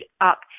up